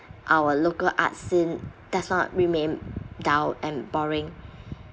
our local arts scene does not remain dull and boring